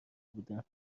بودم